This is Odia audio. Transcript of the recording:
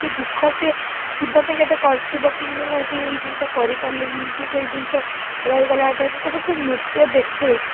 ଯେଉଁ ଦୁଃଖ ସିଏ ଜୀବନରେ କେବେ କରିଥିବ କି ମୁଁ ଆଜି ଏଇ ଜିନିଷ କରିପାରିଲିନି କି ସେହି ଜିନିଷ ରହିଗଲା ଅଧା ଯେତେବେଳେ ସିଏ ନୃତ୍ୟ ଦେଖେ